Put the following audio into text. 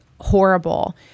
horrible